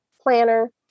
planner